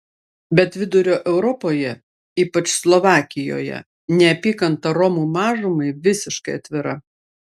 bet vidurio europoje ypač slovakijoje neapykanta romų mažumai visiškai atvira